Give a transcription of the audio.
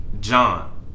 John